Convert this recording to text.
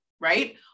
right